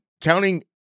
counting